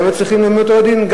היו צריכים להעמיד אותו לדין.